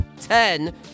ten